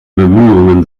bemühungen